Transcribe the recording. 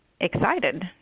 excited